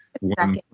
one